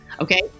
Okay